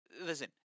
Listen